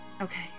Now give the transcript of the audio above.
Okay